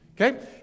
Okay